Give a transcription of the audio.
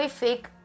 fake